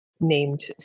named